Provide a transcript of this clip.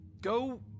Go